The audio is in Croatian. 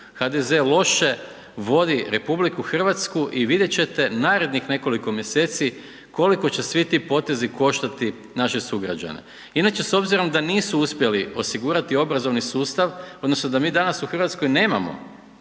HDZ loše vodi RH i vidjet ćete narednih nekoliko mjeseci koliko će svi ti potezi koštati naše sugrađane. Inače, s obzirom da nisu uspjeli osigurati obrazovni sustav, odnosno da mi danas u Hrvatskoj nemamo